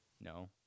No